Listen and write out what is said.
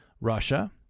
russia